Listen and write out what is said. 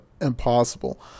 impossible